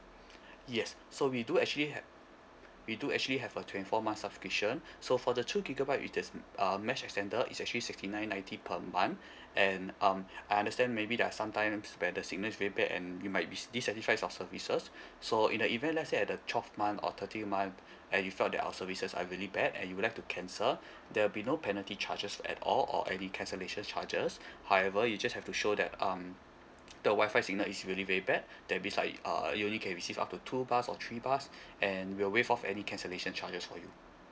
yes so we do actually have we do actually have a twenty four month subscription so for the two gigabyte if there's ah mesh extender is actually sixty nine ninety per month and um I understand maybe there are sometimes where the signal is very bad and you might be dissatisfied with our services so in the event let's say at the twelfth month or thirteenth month that you felt that our services are really bad and you would like to cancel there will be no penalty charges at all or any cancellation charges however you just have to show that um the Wi-Fi signal is really very bad that means like ah you only can receive up to two bars or three bars and we'll waive off any cancellation charges for you